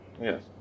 Yes